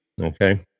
Okay